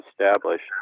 established